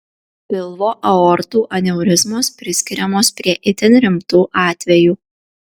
pilvo aortų aneurizmos priskiriamos prie itin rimtų atvejų